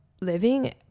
living